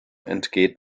entgeht